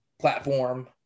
platform